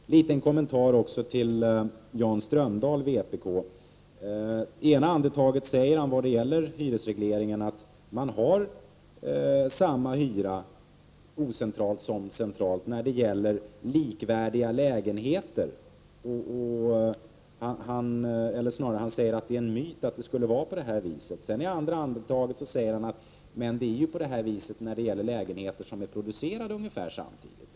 En liten kommentar också till Jan Strömdahl, vpk. I fråga om hyresregleringen säger han i ena andetaget att det är en myt att man har samma hyra ocentralt som centralt för likvärdiga lägenheter. I nästa andetag säger han: Men det är ju på det viset när det gäller lägenheter som är producerade ungefär samtidigt.